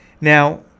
Now